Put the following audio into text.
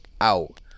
out